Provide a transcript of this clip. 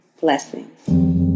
blessings